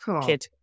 kid